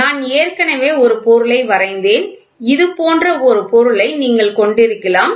நான் ஏற்கனவே ஒரு பொருளை வரைந்தேன் இது போன்ற ஒரு பொருளை நீங்கள் கொண்டிருக்கலாம்